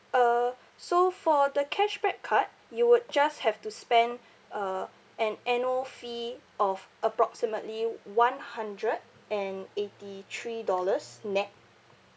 uh so for the cashback card you would just have to spend uh an annual fee of approximately one hundred and eighty three dollars nett